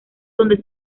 donde